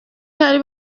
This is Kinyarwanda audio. ihari